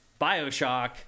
Bioshock